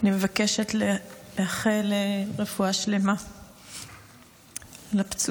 אני מבקשת לאחל רפואה שלמה לפצועים